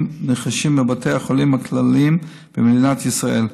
נרכשים בבתי החולים הכלליים במדינת ישראל.